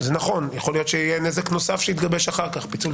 זה נכון יכול להיות שיהיה נזק נוסף שיתגבש אחר כך פיצול